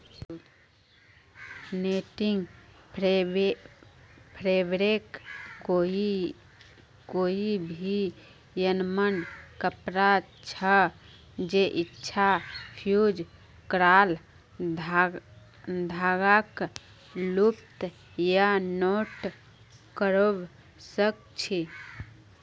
netting fabric कोई भी यममन कपड़ा छ जैइछा फ़्यूज़ क्राल धागाक लूप या नॉट करव सक छी